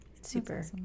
Super